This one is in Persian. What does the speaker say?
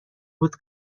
بود